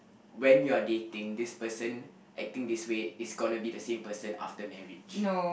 when you are dating this person acting this way is gonna be the same person after marriage